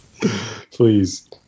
Please